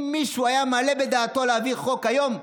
אם מישהו היה מעלה בדעתו להעביר חוק היום,